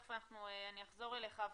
תכף אחזור אליך.